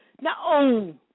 No